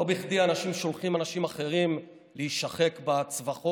לא בכדי אנשים שולחים אנשים אחרים להישחק בצווחות